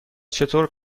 چطور